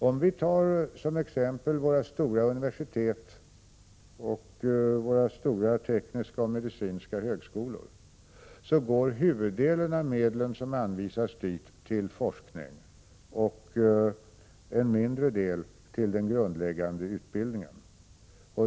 Om vi som exempel tar våra stora universitet och våra stora tekniska och medicinska högskolor går huvuddelen av de medel som anvisas dit till forskning och en mindre del till den grundläggande utbildningen.